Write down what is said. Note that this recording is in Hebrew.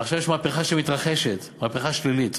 עכשיו יש מהפכה שמתרחשת, מהפכה שלילית,